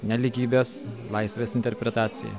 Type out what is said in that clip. nelygybės laisvės interpretacijai